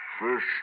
First